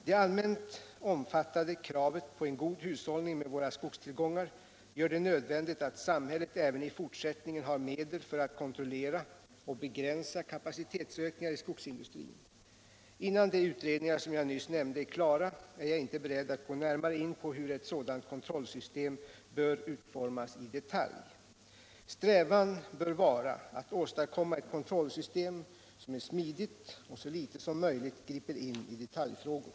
Det allmänt omfattade kravet på en god hushållning med våra skogstillgångar gör det nödvändigt att samhället även i fortsättningen har medel för att kontrollera och begränsa kapacitetsökningar i skogsindustrin. In nan de utredningar som jag nyss nämnde är klara är jag inte beredd att gå närmare in på hur ett sådant kontrollsystem bör utformas i detalj. Strävan bör vara att åstadkomma ett kontrollsystem som är smidigt och som så litet som möjligt griper in i detaljfrågor.